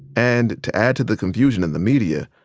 and, to add to the confusion in the media,